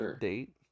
date